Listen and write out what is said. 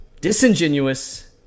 disingenuous